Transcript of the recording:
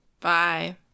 Bye